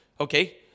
Okay